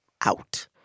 out